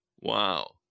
Wow